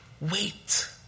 Wait